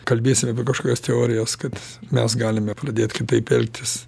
kalbėsim apie kažkokios teorijas kad mes galime pradėt kitaip elgtis